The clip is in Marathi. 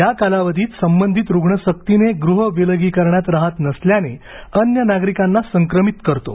या कालावधीत संबंधित रुग्ण सक्तीने गृह विलगीकरणात रहात नसल्याने अन्य नागरिकांना संक्रमित करतो